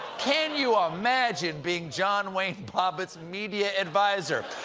can you imagine being john wayne bobbitt's media advisor?